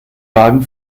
wagen